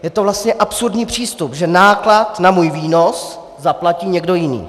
Je to vlastně absurdní přístup, že náklad na můj výnos zaplatí někdo jiný.